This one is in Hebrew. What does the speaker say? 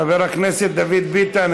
חבר הכנסת דוד ביטן,